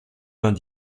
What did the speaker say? vingt